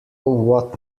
what